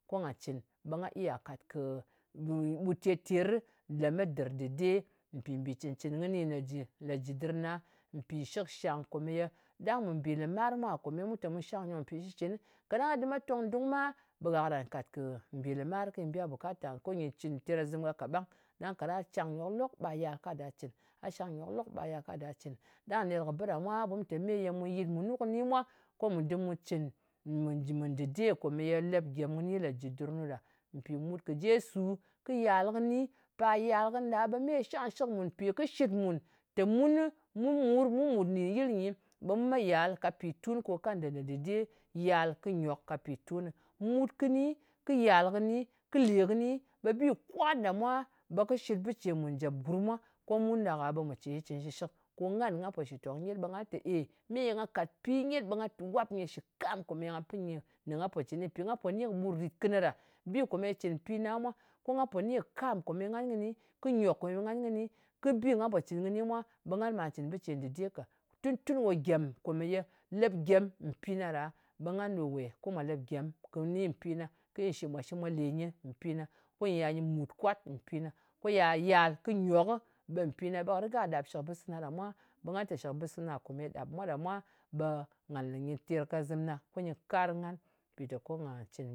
Ko nga cɨn. Ɓe nga iya kàt kɨ ɓut ter-teri lemet dɨ dɨde, mpì mbì cɨn-cɨn kɨni nè jɨ, lē jɨ dɨr na. Mpì shɨkshang komeye, ɗang mbì lɨmar mwa komeye mu te mu shangnyok mpì shitcɨnɨ, kaɗang a dɨm a tong dung ma, ɓe gha karan kàt kɨ mbì lɨmar, kɨnyi biya bukata nghà, ko nyɨ cɨn terkazɨm gha ka ɓang. Ɗang kaɗa shangnyok lok ɓa yal ka da cɨn, a shangnyok lok, ɓa yal ka da cɨn. Ɗang ka ner kɨ bɨ ɗa mwa, ɓu te meye mu yɨt munu kɨni mwa ko mu dɨm mu cɨn mɨ mɨ dɨde kò ye lep gyem kɨni lè jɨ dɨr nu ɗa. Mpì mut kɨ jesu, kɨ yàl kɨni, pa yal kɨnɨ ɗa ɓe me shangshɨk mùn. Mpì kɨ shit mun te muni, mur, mu mùt nɗin yɨl nyi, ɓe mu me yal ka pìtun ko kanda ne dɨde yal kɨ nyok ka pì tuni. Mut kɨni, kɨ yàl kɨni, kɨ lè kɨni, bi kwan ɗa mwa ɓe kɨ shɨt bɨ ce mùn jèp gurm mwa. Ko mun ɗak-a ɓe mù cɨn shitcɨn shɨshɨk. Ko ngan nga pò shɨtòk nyet, ɓe nga tè èiy. Meye nga kàt bi nyet, ɓe nga wap nyɨ shɨ kam komeye nga pɨ nyɨ, ne nga pò cɨ. Mpì nga pò ni kɨ ɓutrìt kɨnɨ ɗa. Bi kòmeye cɨn mpì na mwa, ko nga po ni kɨ kam kòmeye ngan kɨni, kɨ nyòk kò ye ngan kɨni, kɨ bi nga pò cɨn kɨni mwa, ɓe ngan ɓa cɨn bɨ ce dɨde ka. Tun-tun ɓe gyem komeye, lep gyem mpi na ɗa, ɓe ngan ɗo wè, ko mwa lèp gyem kɨni mpi na, kɨy, ko mwa shɨm mwa lè nyɨ mpi na, ko nyɨ yal nyɨ mùt kwat mpi na, ko ya yal kɨ nyok, ɓe mpi na, ɓe kɨ riga kɨ ɗap shɨkbɨs sana ɗa mwa, ɓe nga tè shɨkbɨs sana komeye ɗap mwa ɗa mwa ɓe nga le nyɨ terkazɨmna ko nyɨ kar ngan, mpìteko nga cɨn.